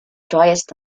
driest